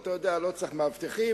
לא צריך מאבטחים,